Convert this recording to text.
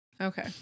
Okay